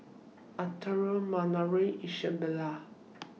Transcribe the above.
Arturo Minervia Isabela